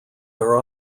are